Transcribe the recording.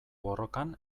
borrokan